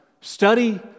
study